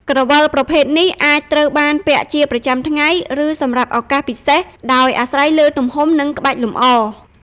ក្រវិលប្រភេទនេះអាចត្រូវបានពាក់ជាប្រចាំថ្ងៃ ឬសម្រាប់ឱកាសពិសេស ដោយអាស្រ័យលើទំហំ និងក្បាច់លម្អ។